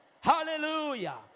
Hallelujah